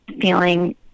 feeling